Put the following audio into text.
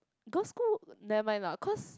girls school never mind lah cause